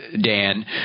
dan